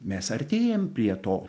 mes artėjam prie to